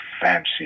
fancy